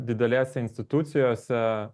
didelėse institucijose